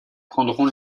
prendront